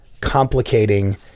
complicating